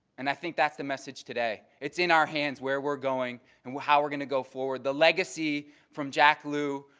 and i think that's the message today. it's in our hands where we're going and how we're going to go forward. the legacy from jack lew,